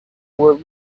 were